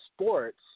sports